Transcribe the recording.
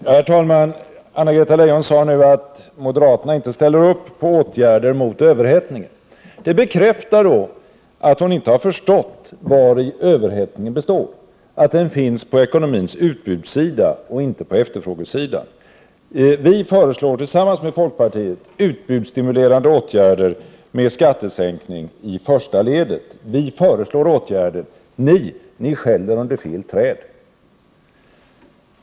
Herr talman! Anna-Greta Leijon sade nu att moderaterna inte ställer upp på åtgärder mot överhettningen. Det bekräftar att hon inte förstått vari överhettningen består, att den finns på ekonomins utbudssida och inte på efterfrågesidan. Vi föreslår tillsammans med folkpartiet utbudsstimulerande åtgärder med en skattesänkning i första ledet. Vi föreslår åtgärder — ni skäller under fel träd.